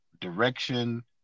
direction